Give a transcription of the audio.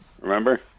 Remember